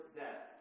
death